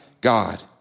God